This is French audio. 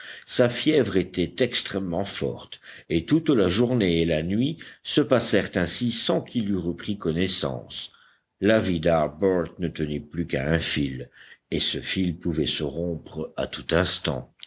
sa fièvre était extrêmement forte et toute la journée et la nuit se passèrent ainsi sans qu'il eût repris connaissance la vie d'harbert ne tenait plus qu'à un fil et ce fil pouvait se rompre à tout instant